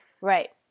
Right